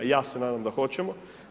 Ja se nadam da hoćemo.